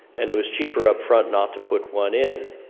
and it was cheaper upfront not to put one in,